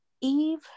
Eve